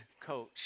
coach